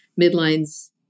midlines